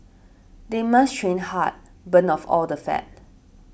they must train hard burn off all the fat